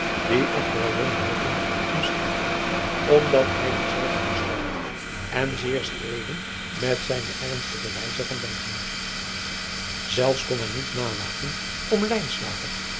die echter alleen omstichtten omdat hij dezelve verstond en zeer streden met zijne ernstige wijze van denken elfs kon hij niet nalaten om